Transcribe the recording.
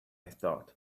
thought